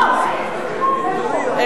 בואי נסיים את הצעקות אולי.